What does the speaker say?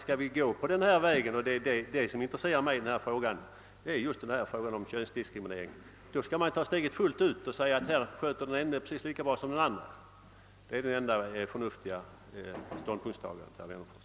Skall vi gå på denna väg — det som intresserar mig i detta sammanhang är just frågan om könsdiskriminering — skall vi ta steget fullt ut och säga att det sköter den ene precis lika bra. som den andre. Det är den enda förnuftiga ståndpunkten, herr Wennerfors.